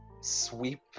sweep